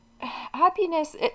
Happiness